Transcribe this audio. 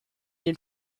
den